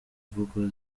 imvugo